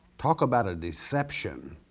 talk about a deception.